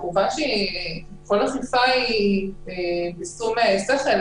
כמובן שכל אכיפה היא בשום שכל,